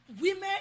Women